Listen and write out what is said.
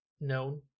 known